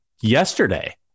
yesterday